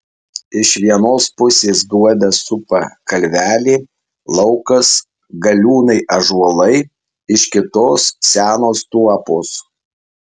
iš vienos pusės duobę supa kalvelė laukas galiūnai ąžuolai iš kitos senos tuopos